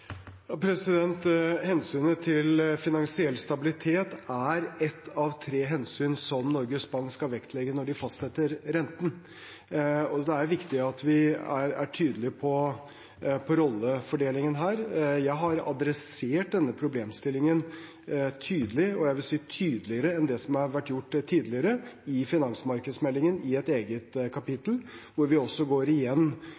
Hensynet til finansiell stabilitet er ett av tre hensyn som Norges Bank skal vektlegge når de fastsetter renten. Det er viktig at vi er tydelige på rollefordelingen her. Jeg har adressert denne problemstillingen tydelig – jeg vil si tydeligere enn det som har vært gjort tidligere – i et eget